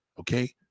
Okay